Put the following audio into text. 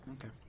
Okay